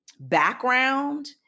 background